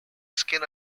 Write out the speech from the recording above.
skin